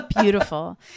beautiful